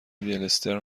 دلستر